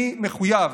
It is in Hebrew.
אני מחויב